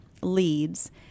leads